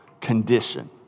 condition